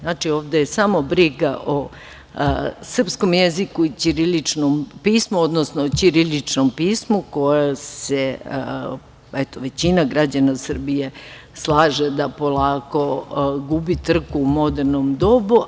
Znači, ovde je samo briga o srpskom jeziku i ćiriličnom pismu, odnosno ćiriličnom pismu koje, većina građana se slaže, da polako gubi trku u modernom dobu.